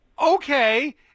Okay